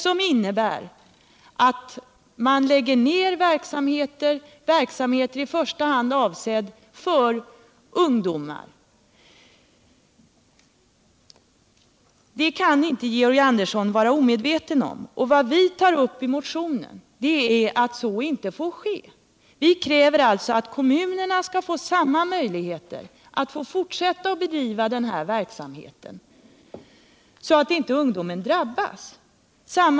Den innebär att man lägger ned verksamheter, i första hand sådana som är avsedda för ungdomar. Vad vi hävdar i motionerna är att så inte får ske. Vi kräver att kommunerna skall få samma ckonomiska möjligheter som folkrörelserna i dag har att fortsätta att bedriva den här verksamheten, så att inte ungdomar drabbas.